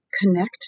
connect